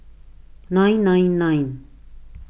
nine nine nine